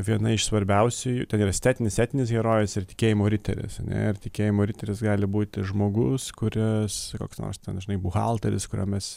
viena iš svarbiausiųjų ten ir estetinis etinis herojus ir tikėjimo riteris ir tikėjimo riteris gali būti žmogus kuris koks nors ten žinai buhalteris kurio mes